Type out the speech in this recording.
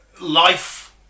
life